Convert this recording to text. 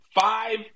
five